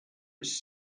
its